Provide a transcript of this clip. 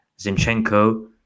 Zinchenko